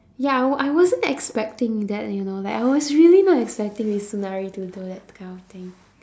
ya I wa~ I wasn't expecting that you know like I was really not expecting mitsunari to do that kind of thing